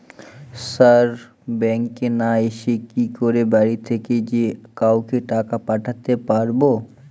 Sir ব্যাঙ্কে না এসে কি করে বাড়ি থেকেই যে কাউকে টাকা পাঠাতে পারবো?